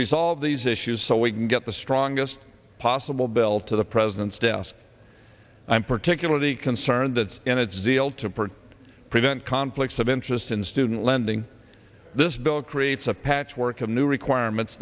resolve these issues so we can get the strongest possible bill to the president's desk i'm particularly concerned that in its zeal to print prevent conflicts of interest in student lending this bill creates a patchwork of new requirements